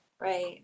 Right